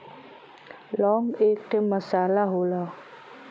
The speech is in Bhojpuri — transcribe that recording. लौंग एक ठे मसाला होला